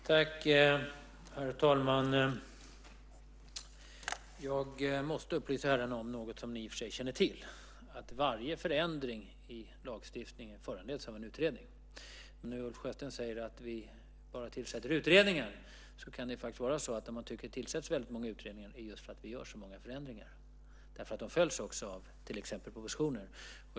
Herr talman! Jag måste upplysa herrarna om något som ni i och för sig känner till: Varje förändring i lagstiftningen föranleds av en utredning. Om nu Ulf Sjösten tycker att vi bara tillsätter utredningar kan det faktiskt bero på just att vi gör så många förändringar. De följs nämligen också av till exempel propositioner.